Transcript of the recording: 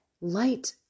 light